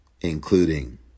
including